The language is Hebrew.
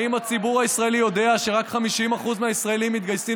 האם הציבור הישראלי יודע שרק 50% מהישראלים מתגייסים